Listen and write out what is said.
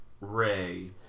Ray